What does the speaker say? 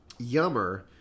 yummer